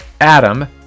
Adam